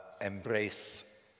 embrace